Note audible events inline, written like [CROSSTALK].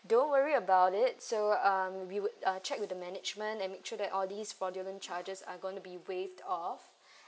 don't worry about it so um we would uh check with the management and make sure that all these fraudulent charges are going to be waived off [BREATH]